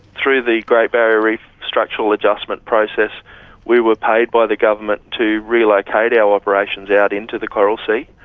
through the great barrier reef structural adjustment process we were paid by the government to relocate our operations out into the coral sea.